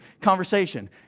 conversation